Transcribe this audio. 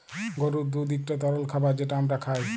গরুর দুহুদ ইকট তরল খাবার যেট আমরা খাই